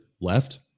left